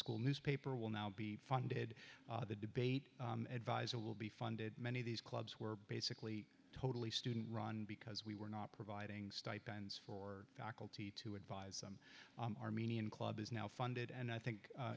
school newspaper will now be funded the debate advisor will be funded many of these clubs were basically totally student run because we were not providing stipends for faculty to advise them armenian club is now funded and i think